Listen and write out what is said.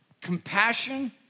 compassion